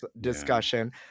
discussion